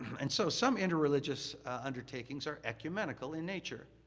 and so, some interreligious undertakings are ecumenical in nature.